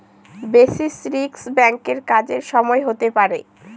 basis risk ব্যাঙ্কের কাজের সময় হতে পারে